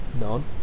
None